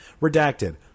Redacted